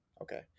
Okay